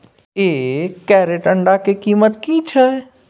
एक क्रेट अंडा के कीमत की छै?